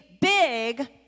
big